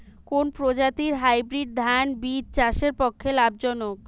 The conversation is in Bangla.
কোন প্রজাতীর হাইব্রিড ধান বীজ চাষের পক্ষে লাভজনক?